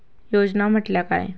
योजना म्हटल्या काय?